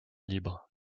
libre